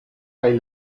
kaj